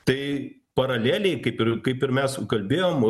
tai paraleliai kaip ir kaip ir mes kalbėjom